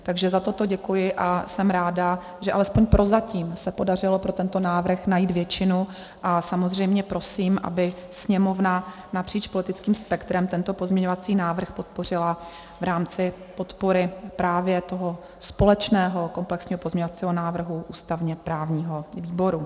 Takže za toto děkuji a jsem ráda, že alespoň prozatím se podařilo pro tento návrh najít většinu, a samozřejmě prosím, aby Sněmovna napříč politickým spektrem tento pozměňovací návrh podpořila v rámci podpory právě toho společného komplexního pozměňovacího návrhu ústavněprávního výboru.